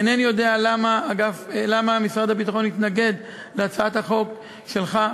אינני יודע למה משרד הביטחון התנגד להצעת החוק שלך,